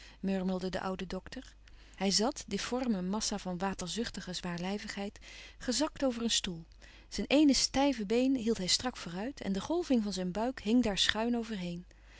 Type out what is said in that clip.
murmelde de oude dokter hij zat difforme massa van waterzuchtige zwaarlijvigheid gezakt over een stoel zijn eene stijve been hield hij strak vooruit en de golving van zijn buik hing daar schuin